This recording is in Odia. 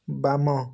ବାମ